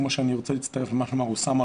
אני רוצה להצטרף למה שאמר אוסאמה,